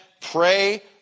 Pray